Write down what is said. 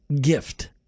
gift